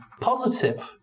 positive